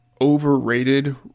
overrated